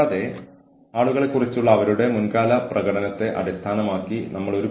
കൂടാതെ എല്ലാവരും ജോലിക്ക് പോകാൻ ഇഷ്ടപ്പെടുന്നു